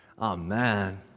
Amen